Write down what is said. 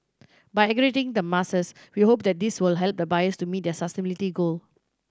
by aggregating the masses we hope that this will help the buyers to meet their sustainability goal